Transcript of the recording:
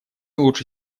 лучше